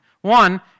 One